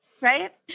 right